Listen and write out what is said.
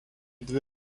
dvi